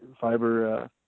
fiber